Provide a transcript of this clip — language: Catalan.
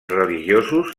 religiosos